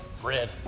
bread